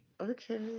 Okay